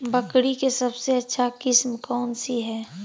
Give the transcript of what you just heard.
बकरी के सबसे अच्छा किस्म कौन सी है?